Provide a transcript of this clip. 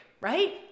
right